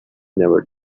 never